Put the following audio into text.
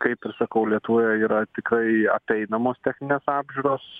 kaip ir sakau lietuvoje yra tikrai apeinamos techninės apžiūros